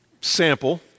sample